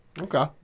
Okay